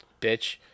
bitch